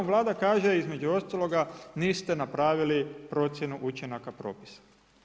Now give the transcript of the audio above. Vlada kaže između ostaloga, niste napravili procjenu učinaka propisa.